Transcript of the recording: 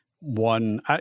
one